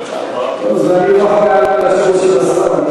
אני לא אחראי לתשובות של השר.